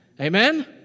Amen